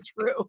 true